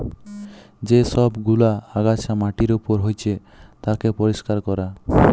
যে সব গুলা আগাছা মাটির উপর হচ্যে তাকে পরিষ্কার ক্যরা